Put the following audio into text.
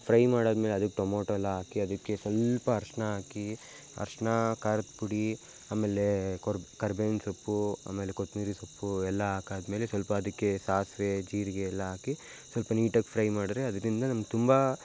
fry ಮಾಡಾದ ಮೇಲೆ ಅದಕ್ಕೆ ಟೊಮೊಟೊ ಎಲ್ಲ ಹಾಕಿ ಅದಕ್ಕೆ ಸ್ವಲ್ಪ ಅರಿಶ್ಣ ಹಾಕಿ ಅರಿಶ್ಣ ಖಾರದ ಪುಡಿ ಆಮೇಲೆ ಕೊರ್ ಕರಿಬೇವಿನ ಸೊಪ್ಪು ಆಮೇಲೆ ಕೊತ್ತಂಬ್ರಿ ಸೊಪ್ಪು ಎಲ್ಲ ಹಾಕಾದ ಮೇಲೆ ಸ್ವಲ್ಪ ಅದಕ್ಕೆ ಸಾಸಿವೆ ಜೀರಿಗೆ ಎಲ್ಲ ಹಾಕಿ ಸ್ವಲ್ಪ ನೀಟಾಗಿ ಫ್ರೈ ಮಾಡ್ದ್ರೆ ಅದರಿಂದ ನಮ್ಗೆ ತುಂಬ